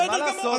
בסדר גמור.